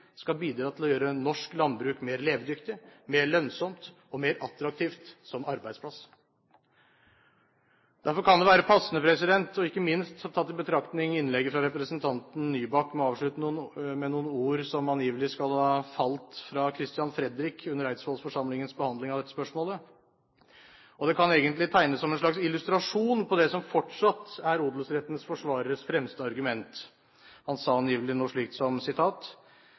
skal bidra til å gjøre norsk landbruk mer levedyktig, mer lønnsomt og mer attraktivt som arbeidsplass. Derfor kan det være passende, ikke minst tatt i betraktning innlegget fra representanten Nybakk, å avslutte med noen ord som angivelig skal ha falt fra Christian Frederik i forbindelse med Eidsvollforsamlingens behandling av dette spørsmålet – det kan egentlig være en slags illustrasjon på det som fortsatt er odelsrettens forsvareres fremste argument.